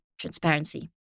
transparency